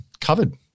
covered